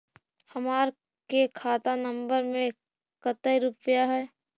हमार के खाता नंबर में कते रूपैया है?